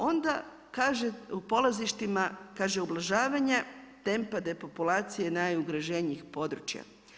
Onda kaže u polazištima, kaže ublažavanje tempa depopulacije najugroženijih područja.